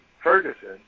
Ferguson